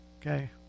Okay